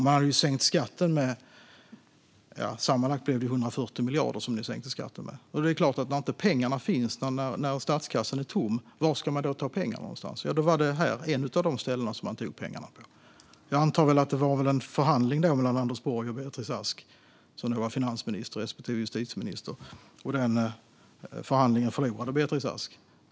Man hade sänkt skatten med sammanlagt 140 miljarder, och det är klart att när statskassan är tom och pengarna inte finns, var ska man då ta pengarna någonstans? Då var det här ett av de ställen som man tog pengarna från. Jag antar att det var en förhandling mellan Anders Borg och Beatrice Ask, som var finansminister respektive justitieminister, och den förhandlingen förlorade Beatrice Ask.